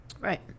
Right